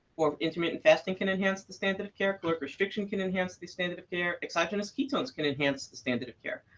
or intermittent fasting can enhance the standard of care, caloric restriction can enhance the standard of care, exogenous ketones can enhance the standard of care.